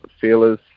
feelers